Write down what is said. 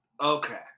Okay